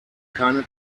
keine